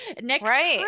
next